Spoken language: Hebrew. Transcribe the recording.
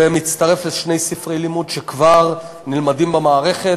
זה מצטרף לשני ספרי לימוד שכבר נלמדים במערכת,